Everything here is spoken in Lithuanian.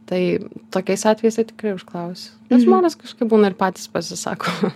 tai tokiais atvejais tai tikrai užklausiu nes žmonės kažkaip būna ir patys pasisako